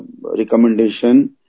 recommendation